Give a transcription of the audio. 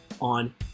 on